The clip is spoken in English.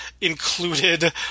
included